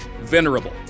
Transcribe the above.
Venerable